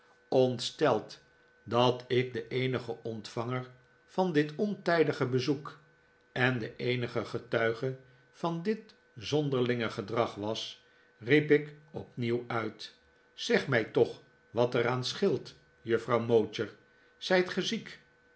ontsteld dat ik de eenige ontvanger van dit ontijdige bezoek en de eenige getuige van dit zonderlinge gedrag was riep ik opnieuw uit zeg mij toch wat er aan scheelt juffrouw mowcher zijt ge ziek